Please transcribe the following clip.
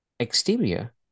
Exterior